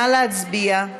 נא להצביע.